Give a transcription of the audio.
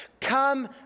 Come